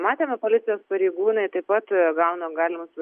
matėme policijos pareigūnai taip pat gauna galimus